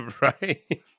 right